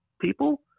people